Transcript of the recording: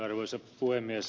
arvoisa puhemies